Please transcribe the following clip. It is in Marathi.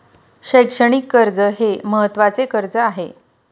शैक्षणिक कर्ज हे महत्त्वाचे कर्ज आहे